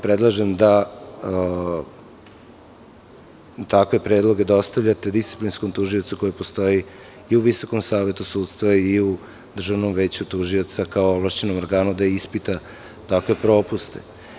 Predlažem vam da takve predloge dostavljate disciplinskom tužiocu, koji postoji i u Visokom savetu sudstva i u Državnom veću tužioca, kao ovlašćenom organu, da ispita takve propuste.